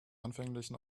anfänglichen